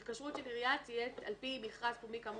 התקשרות של עירייה תהיה על פי מכרז פומבי כאמור